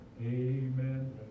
Amen